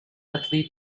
athlete